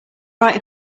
write